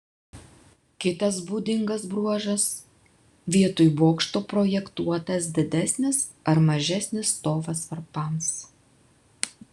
kitas būdingas bruožas vietoj bokšto projektuotas didesnis ar mažesnis stovas varpams